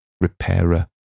repairer